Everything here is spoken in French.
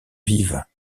vives